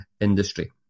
industry